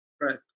Right